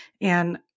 And-